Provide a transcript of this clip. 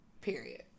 period